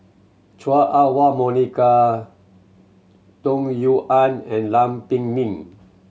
Chua Ah Huwa Monica Tung Yue Nang and Lam Pin Min